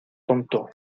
tonto